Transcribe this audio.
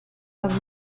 els